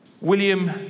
William